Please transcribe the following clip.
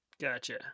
Gotcha